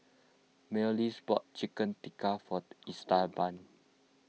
Myles bought Chicken Tikka for Esteban